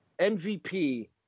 MVP